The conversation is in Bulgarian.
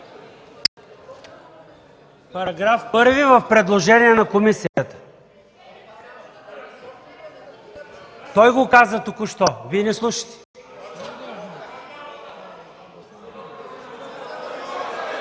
„Параграф 1 – в предложение на комисията. Той го каза току-що. Вие не слушате!”)